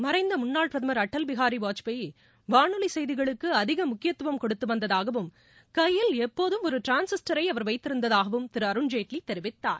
மறைந்த முன்னாள் பிரதமர் அடல்பிஹாரி வாஜ்பேய் வானொலி செய்திகளுக்கு அதிக கொடுத்து வந்ததாகவும் கையில் எப்போதும் ஒரு டிரான்ஸிஸ்டரை முக்கியத்துவம் அவர் வைத்திருந்ததாகவும் திரு அருண்ஜேட்லி தெரிவித்தார்